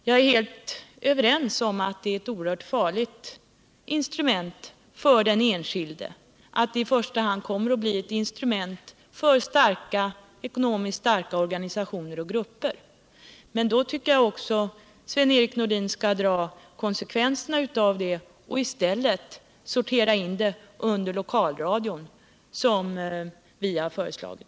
Jag är helt överens med honom om att den kan bli oerhört farlig för den enskilde, att den i första hand kommer att bli ett instrument för ekonomiskt starka organisationer och grupper. Men då tycker jag också att Sven-Erik Nordin skall dra konsekvenserna av det och i stället sortera in närradion under lokalradion, som vi har föreslagit.